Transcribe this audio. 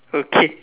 okay